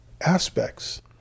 aspects